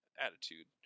attitude